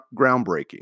groundbreaking